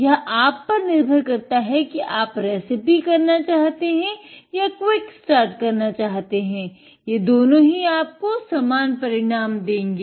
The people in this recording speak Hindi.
यह आप पर निर्भर करता है कि आप रेसिपी करना चाहते हैं या क्विक स्टार्ट करना चाहते है ये दोनों ही आपको समान परिणाम देंगे